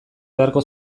beharko